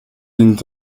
dient